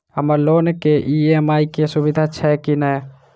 हम्मर लोन केँ ई.एम.आई केँ सुविधा छैय की नै?